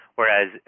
Whereas